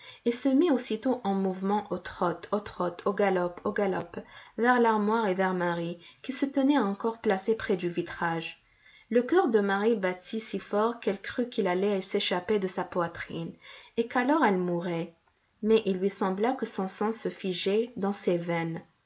et se mit aussitôt en mouvement au trot au trot au galop au galop vers l'armoire et vers marie qui se tenait encore placée près du vitrage le cœur de marie battit si fort qu'elle crut qu'il allait s'échapper de sa poitrine et qu'alors elle mourrait mais il lui sembla que son sang se figeait dans ses veines